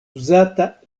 uzata